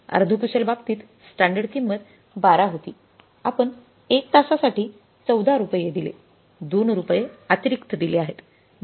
अर्धकुशल बाबतीत स्टँडर्ड किंमत 12 होती आपण एक तासासाठी 14 रुपय दिले 2 रुपये अतिरिक्त दिले आहेत बरोबर